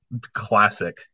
classic